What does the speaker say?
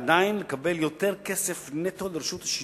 ועדיין לקבל יותר כסף נטו לרשות השידור,